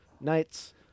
nights